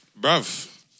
Bruv